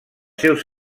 seus